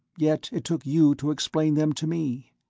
yet it took you to explain them to me!